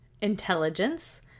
intelligence